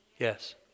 Yes